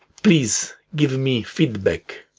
please give me feedback,